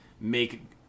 make